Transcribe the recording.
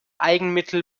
eigenmittel